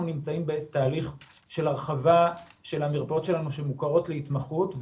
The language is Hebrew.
נמצאים בתהליך של הרחבה של המרפאות שלנו שמוכרות להתמחות,